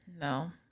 no